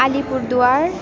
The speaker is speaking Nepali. अलिपुरद्वार